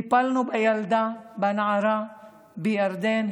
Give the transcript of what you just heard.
טיפלנו בילדה, בנערה בירדן.